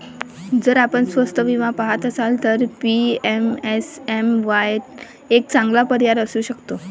जर आपण स्वस्त विमा पहात असाल तर पी.एम.एस.एम.वाई एक चांगला पर्याय असू शकतो